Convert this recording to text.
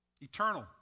eternal